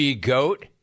GOAT